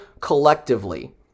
collectively